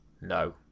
no